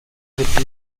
wird